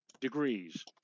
degrees